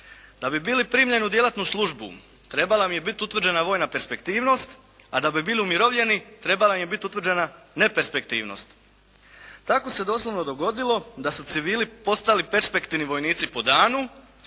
Da bi bili primljeni u djelatnu službu trebala im je biti utvrđena vojna perspektivnost, a da bi bili umirovljeni trebala im je biti utvrđena neperspektivnost. Tako se doslovno dogodilo da su civili postali perspektivni vojnici po danu,